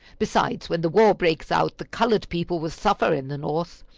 besides, when the war breaks out, the colored people will suffer in the north.